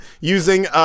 using